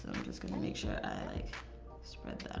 just gonna make sure i spread that